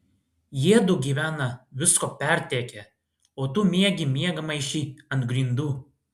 jiedu gyvena visko pertekę o tu miegi miegmaišy ant grindų